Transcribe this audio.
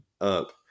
up